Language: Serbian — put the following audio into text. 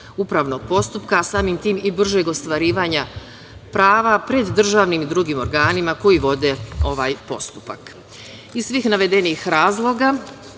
upravnog postupka, a samim tim i bržeg ostvarivanja prava pred državnim i drugim organima koji vode ovaj postupak. Iz